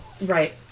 Right